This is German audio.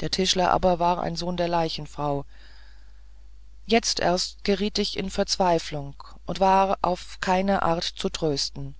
der tischler aber war ein sohn der leichenfrau jetzt erst geriet ich in verzweiflung und war auf keine art zu trösten